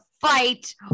fight